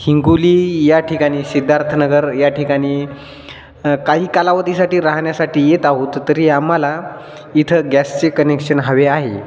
हिंगोली या ठिकाणी सिद्धार्थनगर या ठिकाणी काही कालावधीसाठी राहण्यासाठी येत आहोत तरी आम्हाला इथं गॅसचे कनेक्शन हवे आहे